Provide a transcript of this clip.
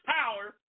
power